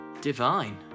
Divine